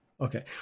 okay